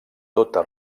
tota